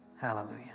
Hallelujah